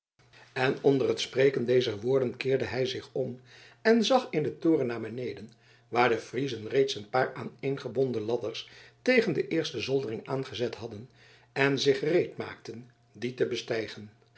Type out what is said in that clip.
en onder het spreken dezer woorden keerde hij zich om en zag in den toren naar beneden waar de friezen reeds een paar aaneengebonden ladders tegen de eerste zoldering aangezet hadden en zich gereedmaakten die te bestijgen